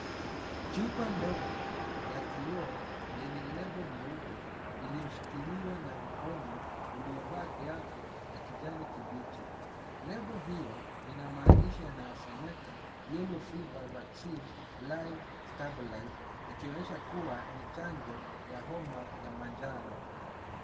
Chupa ndogo ya kioo yenye lebo nyeupe iliyoshikiliwa na mkono uliovaa glavu ya kijani kibichi. Lebo hiyo ina maandishi yanayosomeka yellow fever vaccine live stabilized , ikionyesha kuwa ni chanjo ya homa ya manjano.